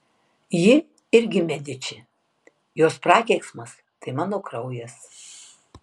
ji irgi mediči jos prakeiksmas tai mano kraujas